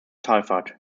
talfahrt